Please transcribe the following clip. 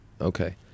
Okay